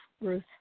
Ruth